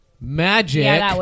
magic